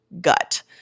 gut